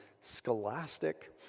scholastic